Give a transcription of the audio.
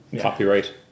copyright